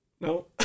no